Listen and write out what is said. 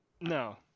No